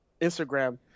Instagram